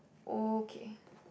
okay